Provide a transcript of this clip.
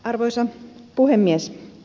arvoisa puhemies